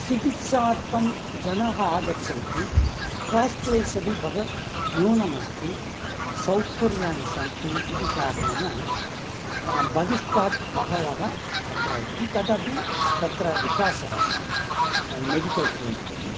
चिकित्सार्थं जनाः आगच्छन्ति कास्ट् वैस् अपि बहु न्यूनमस्ति सौकर्याणि सन्ति इति कारणेन बहिस्तात् बहवः तत्र इ तदपि तत्र विकासः अस्ति मेडिकल् फ़ील्ड्मध्ये